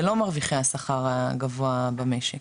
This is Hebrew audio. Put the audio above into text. זה לא מרוויחי השכר הגבוה במשק,